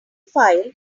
file